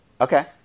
Okay